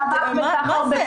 מה זה?